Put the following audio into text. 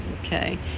okay